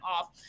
off